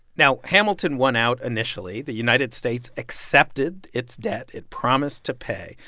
now, hamilton won out initially. the united states accepted its debt. it promised to pay.